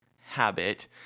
habit